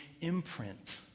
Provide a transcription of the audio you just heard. imprint